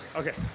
okay.